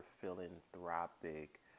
philanthropic